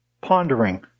pondering